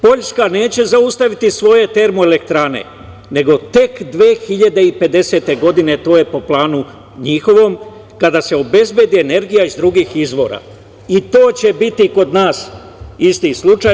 Poljska neće zaustaviti svoje termoelektrane, nego tek 2050. godine to je po planu njihovom, kada se obezbedi energija iz drugih izvora i to će biti kod nas isti slučaj.